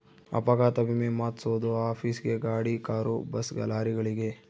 ಅಪಘಾತ ವಿಮೆ ಮಾದ್ಸೊದು ಆಫೀಸ್ ಗೇ ಗಾಡಿ ಕಾರು ಬಸ್ ಲಾರಿಗಳಿಗೆ